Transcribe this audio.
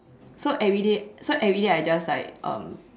so everyday so everyday I just like um